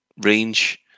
range